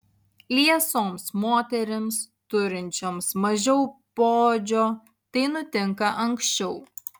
liesoms moterims turinčioms mažiau poodžio tai nutinka anksčiau